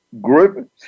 group